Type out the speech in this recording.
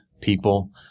people